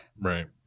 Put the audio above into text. Right